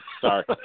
Sorry